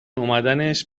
اومدنش